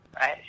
Right